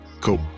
Cool